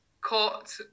Caught